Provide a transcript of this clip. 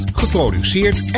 geproduceerd